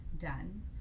done